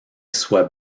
soit